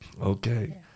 Okay